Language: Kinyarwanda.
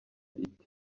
iti